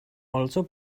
also